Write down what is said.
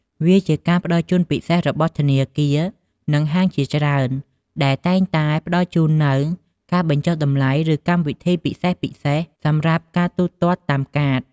វាជាការផ្តល់ជូនពិសេសរបស់ធនាគារ និងហាងជាច្រើនដែលតែងតែផ្តល់ជូននូវការបញ្ចុះតម្លៃ ឬកម្មវិធីពិសេសៗ សម្រាប់ការទូទាត់តាមកាត។